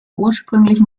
ursprünglichen